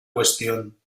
cuestión